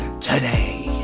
today